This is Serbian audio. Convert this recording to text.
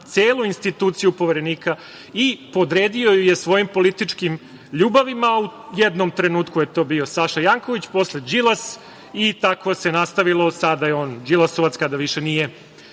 instituciju Poverenika i podredio ju je svojim političkim ljubavima, a u jednom trenutku je to bio Saša Janković, posle Đilas i tako se nastavilo. Sada je on đilasovac, kada više nije